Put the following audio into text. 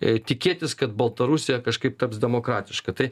tikėtis kad baltarusija kažkaip taps demokratiška tai